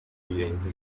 bihenze